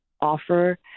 offer